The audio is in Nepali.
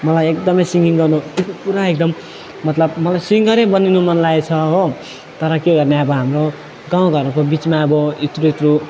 मलाई एकदमै सिङगिङ गर्नु पुरा एकदम मतलब मलाई सिङ्गरै बनिनु मनलागेको छ हो तर के गर्ने अब हाम्रो गाउँघरको बिचमा अब यत्रु यत्रु